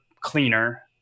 cleaner